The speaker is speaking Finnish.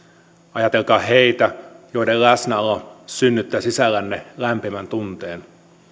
ajatelkaa heitä joiden läsnäolo synnyttää sisällänne lämpimän tunteen